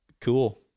cool